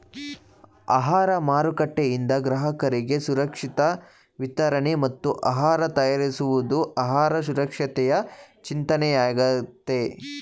ಆಹಾರ ಮಾರುಕಟ್ಟೆಯಿಂದ ಗ್ರಾಹಕರಿಗೆ ಸುರಕ್ಷಿತ ವಿತರಣೆ ಮತ್ತು ಆಹಾರ ತಯಾರಿಸುವುದು ಆಹಾರ ಸುರಕ್ಷತೆಯ ಚಿಂತನೆಯಾಗಯ್ತೆ